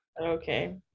Okay